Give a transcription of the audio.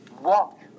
Walk